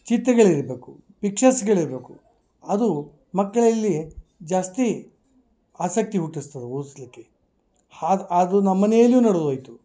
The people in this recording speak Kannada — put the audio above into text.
ಚಿತ್ರಗಳಿರಬೇಕು ಪಿಕ್ಚರ್ಸ್ಗಳಿರಬೇಕು ಅದು ಮಕ್ಕಳಲ್ಲಿ ಜಾಸ್ತಿ ಆಸಕ್ತಿ ಹುಟ್ಟಿಸ್ತದ ಓದ್ಸ್ಲಿಕ್ಕೆ ಹಾದ್ ಆದು ನಮ್ಮನೆಯಲ್ಲು ನಡ್ದ ಹೋಯ್ತು